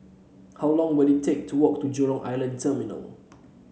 how long will it take to walk to Jurong Island Terminal